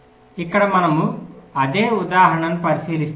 ఇక్కడ మనము అదే ఉదాహరణను పరిశీలిస్తాము